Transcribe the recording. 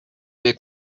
big